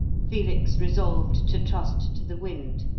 felix resolved to trust to the wind,